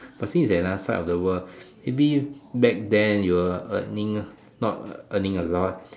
but since is at another side of the world maybe back then you're earning not earning a lot